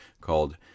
called